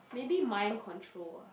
maybe mind control ah